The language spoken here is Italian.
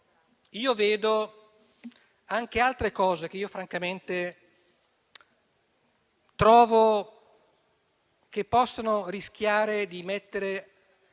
- vedo anche altre cose, che francamente trovo che possano rischiare di mettere